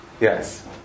Yes